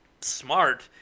smart